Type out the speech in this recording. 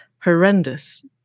horrendous